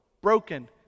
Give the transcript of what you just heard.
broken